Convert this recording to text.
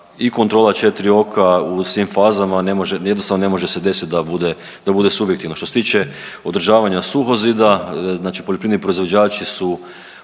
i kontrola 4 oka u svim fazama ne može, jednostavno ne može se desit da bude, da bude subjektivno. Što se tiče održavanja suhozida znači poljoprivredni proizvođači su